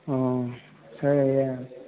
অঁ ছাৰ এইয়া